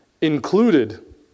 included